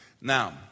Now